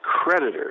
creditors